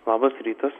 labas rytas